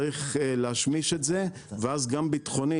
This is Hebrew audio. צריך להשמיש את זה ואז גם ביטחונית,